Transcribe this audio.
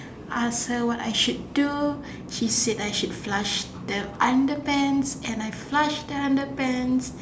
ask her what I should do she say I should flush the underpants and I flush the underpants